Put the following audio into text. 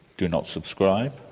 do not subscribe?